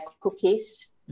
cookies